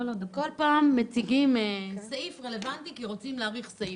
כל פעם אתם מציגים סעיף רלוונטי כי אתם רוצים להאריך את תוקפו.